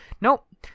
nope